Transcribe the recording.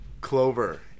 Clover